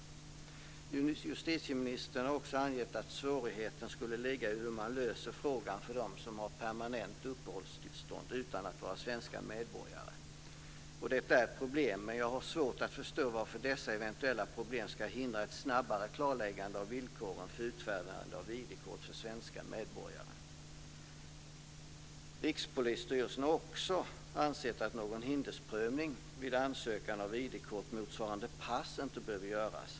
Justitieministern har anfört att svårigheten skulle ligga i att man också måste lösa frågan för dem som har permanent uppehållstillstånd utan att vara svenska medborgare. Det är ett problem, men jag har svårt att förstå varför detta ska hindra ett snabbare klarläggande av villkoren för utfärdande av ID-kort för svenska medborgare. Rikspolisstyrelsen har ansett att någon hindersprövning vid ansökan om ID-kort motsvarande pass inte behöver göras.